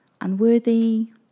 unworthy